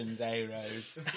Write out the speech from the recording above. A-Roads